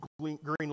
green